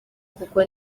kuko